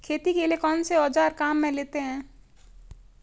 खेती के लिए कौनसे औज़ार काम में लेते हैं?